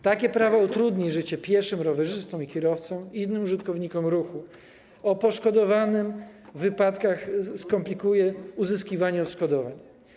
Takie prawo utrudni życie pieszym, rowerzystom, kierowcom i innym użytkownikom ruchu, a poszkodowanym w wypadkach skomplikuje uzyskiwanie odszkodowań.